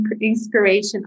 inspiration